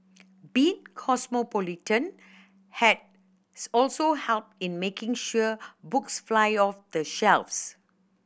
being cosmopolitan has also helped in making sure books fly off the shelves